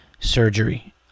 surgery